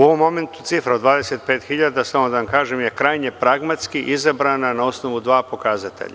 U ovom momentu cifra od 25 hiljada, samo da vam kažem, je krajnje pragmatski izabrana na osnovu dva pokazatelja.